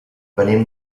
venim